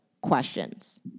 questions